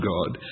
God